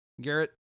Garrett